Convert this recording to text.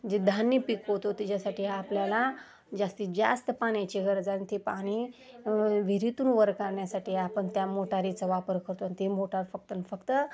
जे धान्य पिकवतो त्याच्यासाठी आपल्याला जास्तीत जास्त पाण्याची गरज आणि ते पाणी विहिरीतून वर करण्यासाठी आपण त्या मोटारीचा वापर करतो आणि ती मोटार फक्त आणि फक्त